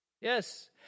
Yes